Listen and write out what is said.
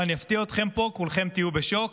אני אפתיע אתכם, תהיו בשוק,